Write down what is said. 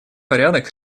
порядок